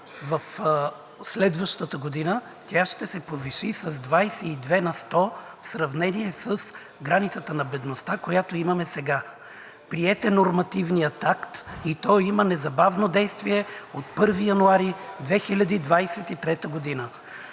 в следващата година тя ще се повиши с 22 на сто в сравнение с границата на бедността, която имаме сега. Приет е нормативният акт и той има незабавно действие от 1 януари 2023 г.